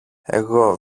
εγώ